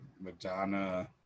Madonna